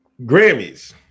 grammys